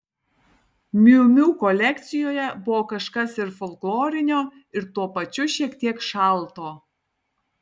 miu miu kolekcijoje buvo kažkas ir folklorinio ir tuo pačiu šiek tiek šalto